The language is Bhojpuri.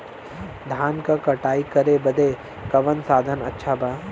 धान क कटाई करे बदे कवन साधन अच्छा बा?